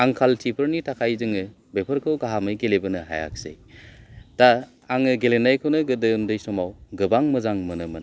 आंखालथिफोरनि थाखाय जोङो बेफोरखौ गाहामै गेलेबोनो हायाख्सै दा आङो गेलेनायखौनो गोदो उन्दै समाव गोबां मोजां मोनोमोन